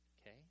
okay